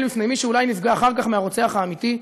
בפני מי שאולי נפגע אחר כך מהרוצח האמיתי,